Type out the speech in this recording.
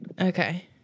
Okay